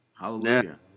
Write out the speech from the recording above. Hallelujah